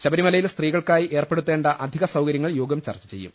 ശബരിമലയിൽ സ്ത്രീകൾക്കായി ഏർപ്പെടുത്തേണ്ട അധിക സൌകര്യങ്ങൾ യോഗം ചർച്ച ചെയ്യും